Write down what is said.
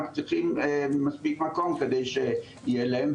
אנחנו צריכים מספיק מקום כדי שיהיה להם,